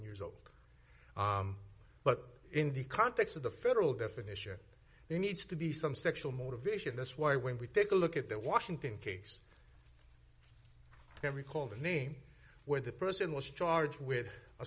years old but in the context of the federal definition there needs to be some sexual motivation that's why when we take a look at the washington case every called name where the person was charged with a